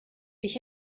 ich